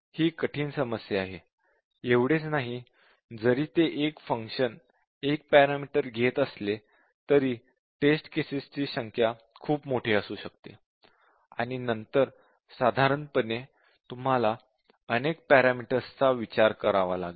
ही कठीण समस्या आहे एवढेच नाही जरी ते फंक्शन एक पॅरामीटर घेत असले तरी टेस्ट केसेस ची संख्या खूप मोठी असू शकते आणि नंतर साधारणपणे तुम्हाला अनेक पॅरामीटर्स चा विचार करावा लागेल